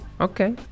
Okay